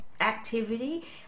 Activity